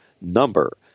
number